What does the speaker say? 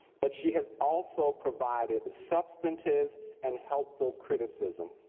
but she has also provided substantive and helpful criticism,